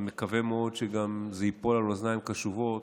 ומקווה מאוד שגם זה ייפול על אוזניים קשובות,